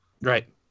Right